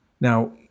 Now